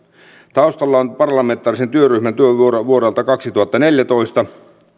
taustalla on parlamentaarisen työryhmän työ vuodelta kaksituhattaneljätoista